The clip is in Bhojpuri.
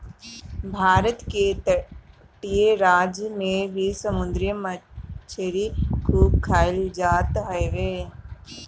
भारत के तटीय राज में भी समुंदरी मछरी खूब खाईल जात हवे